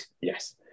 yes